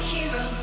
Hero